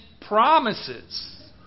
promises